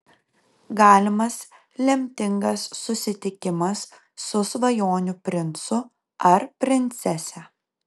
galimas lemtingas susitikimas su svajonių princu ar princese